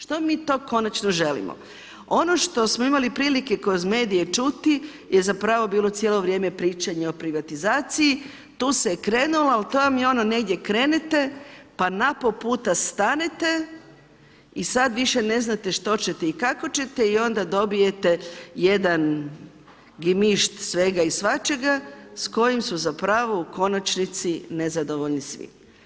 Što mi to konačno želimo? ono što smo imali prilike kroz medije čuti je zapravo bilo cijelo vrijeme pričanje o privatizaciji, tu se krenulo, ali to vam je ono negdje krenete pa na pol puta stanete i sad više ne znate što ćete i kako ćete i onda dobijete jedan gemišt svega i svačega s kojim su zapravo u konačnici nezadovoljni svi.